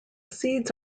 seeds